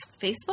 Facebook